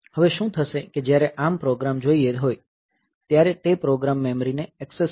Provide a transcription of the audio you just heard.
હવે શું થશે કે જ્યારે ARM પ્રોગ્રામ જોઈતો હોય ત્યારે તે પ્રોગ્રામ મેમરીને એક્સેસ કરશે